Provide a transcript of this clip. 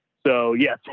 so yeah,